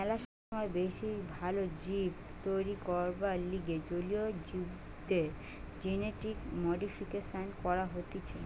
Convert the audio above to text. ম্যালা সময় বেশি ভাল জীব তৈরী করবার লিগে জলীয় জীবদের জেনেটিক মডিফিকেশন করা হতিছে